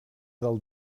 del